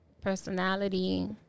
personality